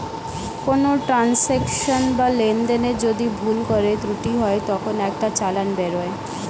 কোনো ট্রান্সাকশনে বা লেনদেনে যদি ভুল করে ত্রুটি হয় তখন একটা চালান বেরোয়